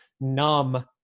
numb